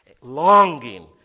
longing